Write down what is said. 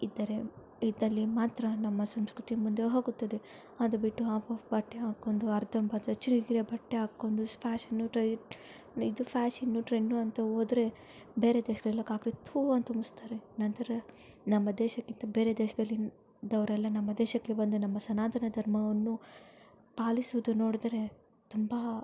ಇದ್ದರೆ ಇದ್ದಲ್ಲಿ ಮಾತ್ರ ನಮ್ಮ ಸಂಸ್ಕೃತಿ ಮುಂದೆ ಹೋಗುತ್ತದೆ ಅದು ಬಿಟ್ಟು ಹಾಫ್ ಹಾಫ್ ಬಟ್ಟೆ ಹಾಕೊಂಡು ಅರ್ಧಂಬರ್ಧ ಬಟ್ಟೆ ಹಾಕೊಂಡು ಫ್ಯಾಷನು ಟ್ರೆ ಇದು ಫ್ಯಾಷನು ಟ್ರೆಂಡು ಅಂತ ಹೋದ್ರೆ ಬೇರೆ ದೇಶ್ರೆಲ್ಲ ಕಾಕ್ರ ಥೂ ಅಂತ ಉಗ್ಸ್ತಾರೆ ನಂತರ ನಮ್ಮ ದೇಶಕ್ಕಿಂತ ಬೇರೆ ದೇಶದಲ್ಲಿ ದವರೆಲ್ಲ ನಮ್ಮ ದೇಶಕ್ಕೆ ಬಂದು ನಮ್ಮ ಸನಾತನ ಧರ್ಮವನ್ನು ಪಾಲಿಸೋದು ನೋಡಿದ್ರೆ ತುಂಬ